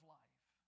life